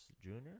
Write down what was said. junior